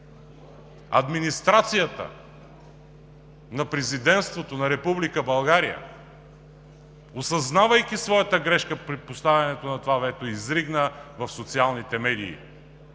Администрацията на Президента на Република България, осъзнавайки своята грешка при поставянето на това вето, изригна в социалните медии: